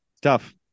tough